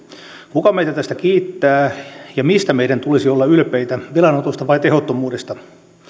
kuka meitä tästä kiittää ja mistä meidän tulisi olla ylpeitä velanotosta vai tehottomuudesta